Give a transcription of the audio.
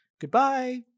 Goodbye